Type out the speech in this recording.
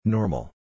Normal